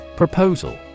Proposal